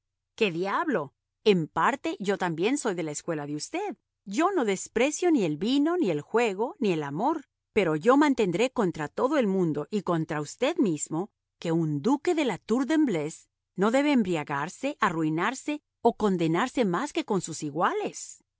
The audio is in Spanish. qué diablo en parte yo también soy de la escuela de usted yo no desprecio ni el vino ni el juego ni el amor pero yo mantendré contra todo el mundo y contra usted mismo que un duque de la tour de embleuse no debe embriagarse arruinarse o condenarse más que con sus iguales